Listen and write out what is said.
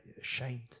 ashamed